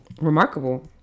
remarkable